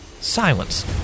silence